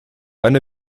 eine